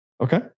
Okay